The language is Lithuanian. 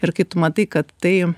ir kai tu matai kad tai